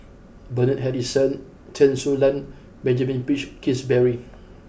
Bernard Harrison Chen Su Lan Benjamin Peach Keasberry